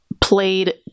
played